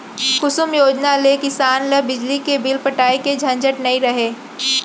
कुसुम योजना ले किसान ल बिजली के बिल पटाए के झंझट नइ रहय